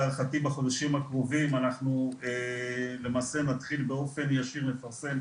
להערכתי בחודשים הקרובים אנחנו למעשה נתחיל באופן ישיר לפרסם,